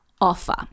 offer